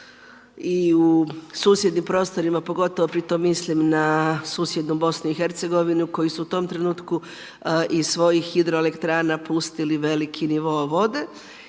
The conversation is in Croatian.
i u susjednim prostorima, pogotovo pri tome mislim na susjednu BIH koji su u tom trenutku iz svojih hidroelektrana pustili veliki nivo vode